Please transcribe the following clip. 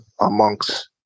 amongst